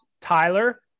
Tyler